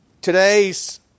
today's